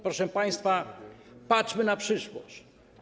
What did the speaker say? Proszę państwa, patrzmy na przyszłość.